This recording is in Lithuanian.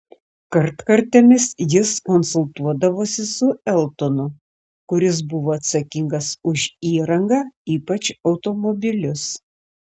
kartkartėmis jis konsultuodavosi su eltonu kuris buvo atsakingas už įrangą ypač automobilius